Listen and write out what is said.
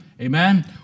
Amen